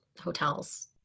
hotels